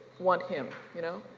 want him, you know?